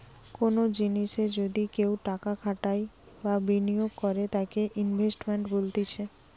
কোনো জিনিসে যদি কেও টাকা খাটাই বা বিনিয়োগ করে তাকে ইনভেস্টমেন্ট বলতিছে